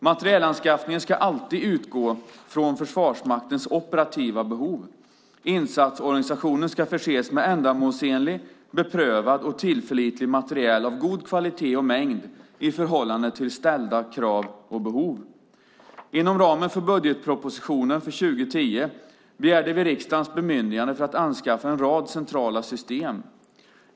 Materielanskaffningen ska alltid utgå från Försvarsmaktens operativa behov. Insatsorganisationen ska förses med ändamålsenlig, beprövad och tillförlitlig materiel av god kvalitet och mängd i förhållande till ställda krav och behov. Inom ramen för budgetpropositionen för 2010 begärde vi riksdagens bemyndigande att anskaffa en rad centrala system.